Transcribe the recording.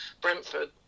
Brentford